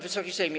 Wysoki Sejmie!